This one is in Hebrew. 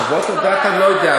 חוות הדעת אני לא יודע,